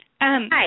Hi